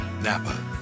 NAPA